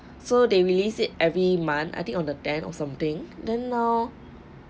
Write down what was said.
so they release it every month I think on the tenth or something then now